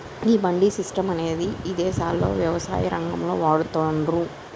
ఈ మండీ సిస్టం అనేది ఇదేశాల్లో యవసాయ రంగంలో వాడతాన్రు